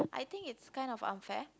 I think its kind of unfair